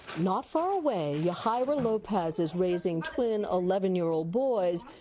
not far away yahira lopez is raising twin eleven year old boys,